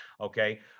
okay